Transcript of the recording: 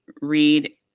read